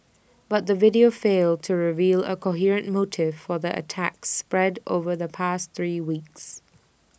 but the video failed to reveal A coherent motive for the attacks spread over the past three weeks